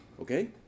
okay